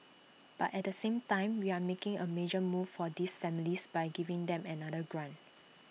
but at the same time we are making A major move for these families by giving them another grant